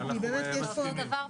ולא רק זה,